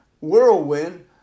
whirlwind